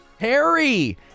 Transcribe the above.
Harry